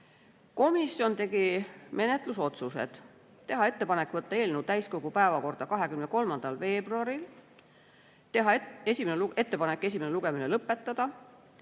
Komisjon tegi menetlusotsused: teha ettepanek võtta eelnõu täiskogu päevakorda 23. veebruaril, teha ettepanek esimene lugemine lõpetada.